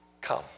come